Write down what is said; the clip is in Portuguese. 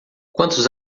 quantos